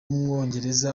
w’umwongereza